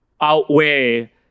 outweigh